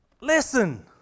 Listen